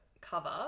cover